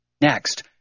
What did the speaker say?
Next